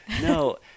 No